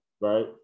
Right